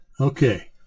Okay